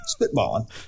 spitballing